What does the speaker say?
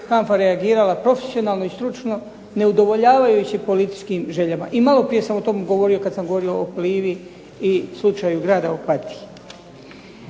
HANFA reagirala profesionalno i stručno, ne udovoljavajući političkim željama. I maloprije sam o tome govorio kad sam govorio o Plivi i slučaju grada Opatije.